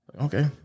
Okay